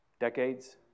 Decades